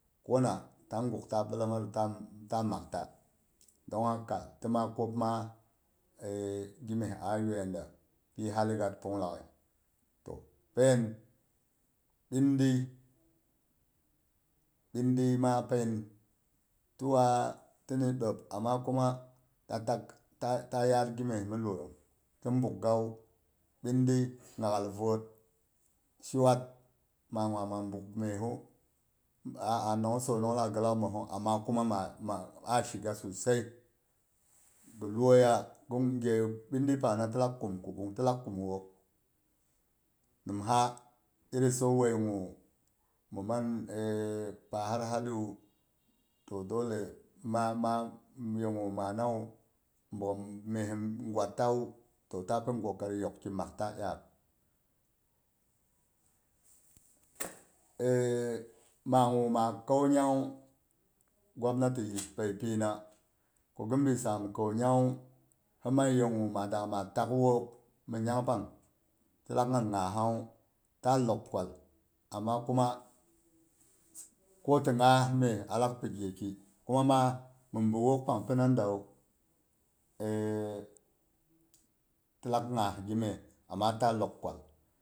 Kona ta gukta bilemaru ta makta don haka tima e gimye a yoiya da pi hali gat pung laghai. Toh pen bindii bindii ma phen, tuwa tini ɗop amma kuma ta tak ta yaar gimye mi iyo yong ta nbuuk gawu, bindii nya'al vot, shuat ma ngwama nbuk myehu a'a nongsonong laghai ghilak mosong. Ama kuma ma a shiga susai. Ghi loiya ndung ghe bindii pangna tilak kum wook nimha iri sou weigu min mang pahar haliwu, toh dole magu maa nawu, bogghom mye gwatawu toh ta pini kokari makta iyak manghu ma kau nyanghu, gwamnati yispei pina ko ghinbi saam kau nyanghu hi mang yenghu mada tak wook ni nyang pang hilak nyin nghahanghu. Taa lokkwal amma kuma ko ti ngha mye alak pi gheki kuma minbi wook pang pina dawu ti lak ngha gimye amma ta lok kwal.